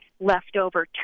leftover